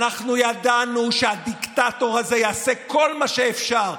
אנחנו ידענו שהדיקטטור הזה יעשה כל מה שאפשר,